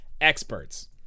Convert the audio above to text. experts